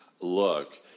look